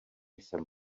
jsem